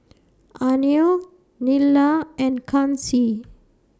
Anil Neila and Kanshi